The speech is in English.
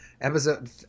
episode